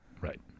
Right